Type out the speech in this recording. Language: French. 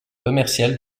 commercial